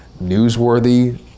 newsworthy